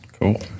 Cool